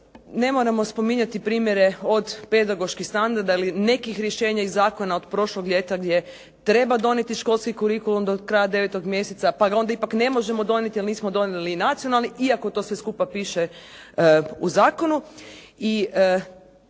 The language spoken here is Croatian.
ne moramo spominjati primjere od pedagoških standarda ili nekih rješenja iz zakona od prošlog ljeta gdje treba donijeti školski kurikulum do kraja 9. mjeseca, pa ga onda ipak ne možemo donijeti jer nismo donijeli nacionalni iako to sve skupa piše u zakonu.